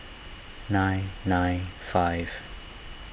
nine nine five